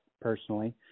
personally